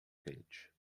quente